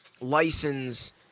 license